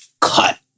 cut